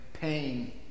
pain